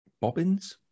bobbins